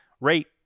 rate